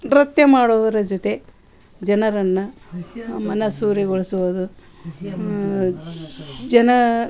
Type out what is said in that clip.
ನೃತ್ಯ ಮಾಡುವವರ ಜೊತೆ ಜನರನ್ನು ಮನಸೂರೆಗೊಳ್ಸುವುದು ಜನ